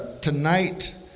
tonight